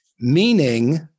meaning